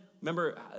Remember